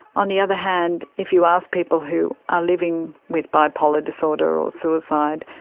on the other hand, if you ask people who are living with bipolar disorder or suicide,